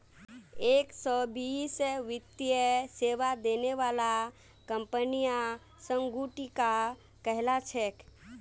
एक स बेसी वित्तीय सेवा देने बाला कंपनियां संगुटिका कहला छेक